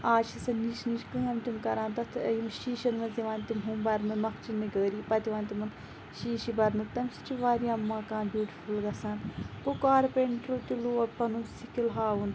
آز چھِ سۄ نِچ نِچ کٲم تِم کَران تَتھ شیٖشَن مَنٛز یِوان تِم ہُم بَرنہٕ نۄقچہٕ نِگٲری پَتہٕ دِوان تِمَن شیٖشہِ بَرنُک تمہِ سۭتۍ چھُ واریاہ مَکان بیوٗٹِفُل گَژھان گوٚو کارپنٹرو تہِ لوگ پَنُن سِکِل ہاوُن